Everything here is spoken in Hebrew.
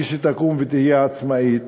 לכשתקום ותהיה עצמאית,